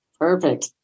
Perfect